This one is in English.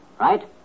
Right